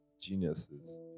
geniuses